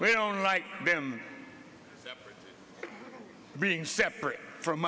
we don't like them being separate from